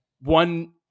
One